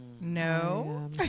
No